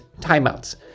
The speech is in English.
timeouts